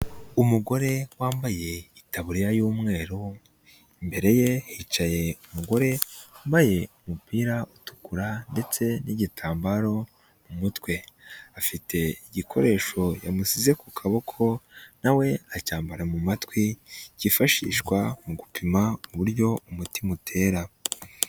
Umugore wambaye itaburiya y'umweru imbere ye hicaye umugore wambaye umupira utukura ndetse n'igitambaro mu mutwe, afite igikoresho yamushyize ku kaboko na we acyambara mu matwi kifashishwa mu gupima uburyo umutima utera.